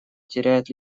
теряет